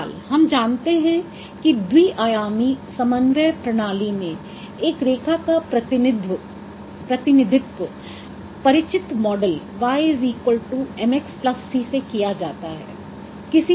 बहरहाल हम जानते हैं कि द्वि आयामी समन्वय प्रणाली में एक रेखा का प्रतिनिधित्व परिचित मॉडल y mx c से किया जाता है